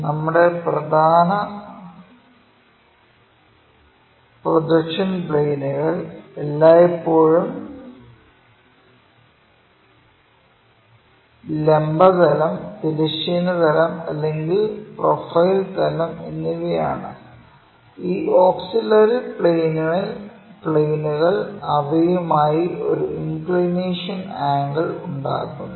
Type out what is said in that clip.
നമ്മുടെ പ്രധാന പ്രൊജക്ഷൻ പ്ലെയിനുകൾ എല്ലായ്പ്പോഴും ലംബ തലം തിരശ്ചീന തലം അല്ലെങ്കിൽ പ്രൊഫൈൽ തലം എന്നിവയാണ് ഈ ഓക്സിലറി പ്ലെയിനുകൾ അവയുമായി ഒരു ഇൻക്ലിനേഷൻ ആംഗിൾ ഉണ്ടാക്കുന്നു